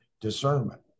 discernment